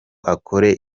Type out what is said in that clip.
akore